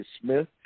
Smith